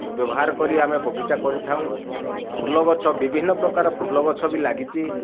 ବ୍ୟବହାର କରି ଆମେ ବଗିଚା କରିଥାଉ ଫୁଲ ଗଛ ବିଭିନ୍ନ ପ୍ରକାର ଫୁଲ ଗଛ ବି ଲାଗିଛି